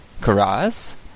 Karaz